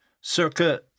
circa